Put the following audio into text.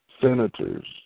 senators